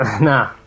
Nah